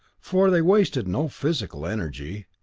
for they wasted no physical energy.